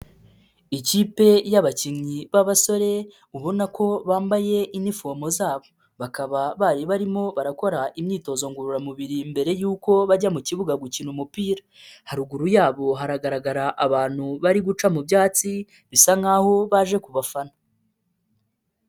Ikipe y'abakinnyi b'abasore, ubona ko bambaye inifomo zabo, bakaba bari barimo barakora imyitozo ngororamubiri mbere yuko bajya mu kibuga gukina umupira. Haruguru yabo hagaragara abantu bari guca mu byatsi, bisa nkaho baje kubafana.